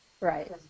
right